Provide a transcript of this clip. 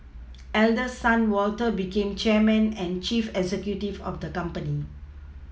Eldest son Walter became chairman and chief executive of the company